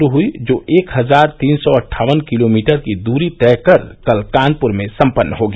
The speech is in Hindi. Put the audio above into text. रू हई जो एक हजार तीन सौ अट्टठावन किलोमीटर की दूरी तय कर कल कानपुर में संपन्न होगी